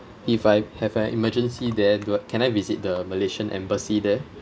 if I have an emergency there do I can I visit the malaysian embassy there